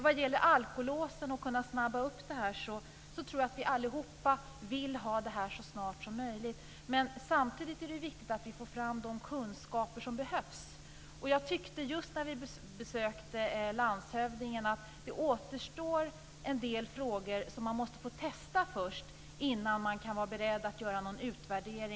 Vad gäller att snabba upp detta med alkolåsen tror jag att vi allihop vill att det ska införas sådana så snart som möjligt. Samtidigt är det viktigt att vi får fram de kunskaper som behövs. När vi besökte landshövdningen tyckte jag att det återstod några frågor och test innan man kan avgöra hur man ska gå vidare.